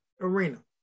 arena